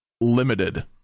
limited